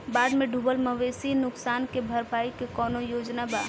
बाढ़ में डुबल मवेशी नुकसान के भरपाई के कौनो योजना वा?